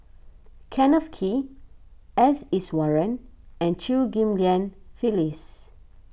Kenneth Kee S Iswaran and Chew Ghim Lian Phyllis